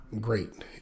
great